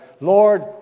Lord